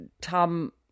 Tom